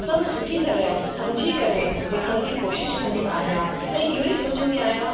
सभु सुठी तरह सम्झी करे लिखण जी कोशिशि कंदी आहियां ऐं इहो ई सोचींदी आहियां